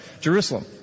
Jerusalem